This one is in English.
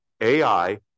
AI